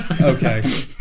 Okay